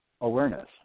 awareness